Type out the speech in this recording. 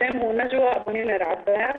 השם הוא נג'וא אבו נימר עבאס,